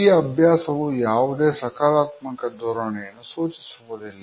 ಈ ಅಭ್ಯಾಸವು ಯಾವುದೇ ಸಕಾರಾತ್ಮಕ ಧೋರಣೆಯನ್ನು ಸೂಚಿಸುವುದಿಲ್ಲ